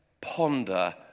ponder